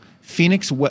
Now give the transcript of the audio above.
Phoenix